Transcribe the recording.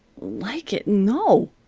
like it! no!